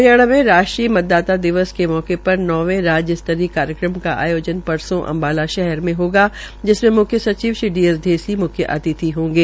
हरियाणा के राष्ट्रीय मतदाता दिवस के अवसर पर नौंवे राज्य स्तरीय कार्यक्रम का आयोजन परसों अम्बाला शहर में होगा जिसमें मुख्य सचिव श्री डी एस ऐसी मुख्य अतिथि होंगे